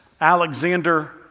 Alexander